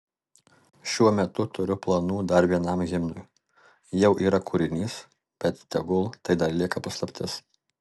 šiuo metu turiu planų dar vienam himnui jau yra kūrinys bet tegul tai dar lieka paslaptis